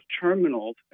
terminals